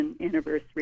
anniversary